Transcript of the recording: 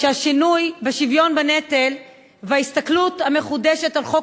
שהשינוי בשוויון בנטל וההסתכלות המחודשת על חוק